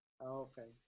Okay